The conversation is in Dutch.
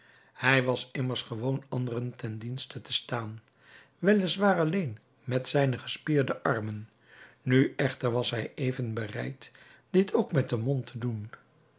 hij was immers gewoon anderen ten dienste te staan wel is waar alleen met zijne gespierde armen nu echter was hij even bereid dit ook met den mond te doen